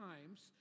times